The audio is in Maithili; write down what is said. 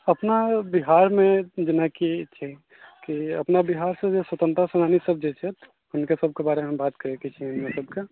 अपना बिहारमे जेनाकि छै कि अपना बिहारसँ जे स्वतन्त्रता सेनानी सब जे छै हुनका सबके बारेमे बात करै छी